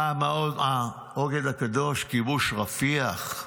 פעם העוגן הקדוש, כיבוש רפיח.